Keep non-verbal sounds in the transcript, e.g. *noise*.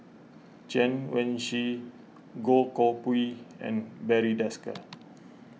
Chen Wen Hsi Goh Koh Pui and Barry Desker *noise*